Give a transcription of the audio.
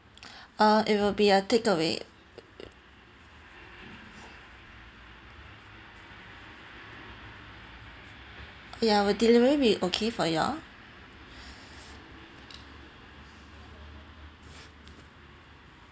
uh it will be a takeaway yeah would delivery be okay for you all